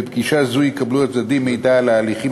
בפגישה זו יקבלו הצדדים מידע על ההליכים